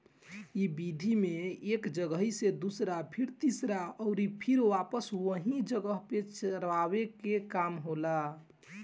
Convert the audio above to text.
इ विधि में एक जगही से दूसरा फिर तीसरा अउरी फिर वापस ओही जगह पे चरावे के काम होला